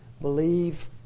believe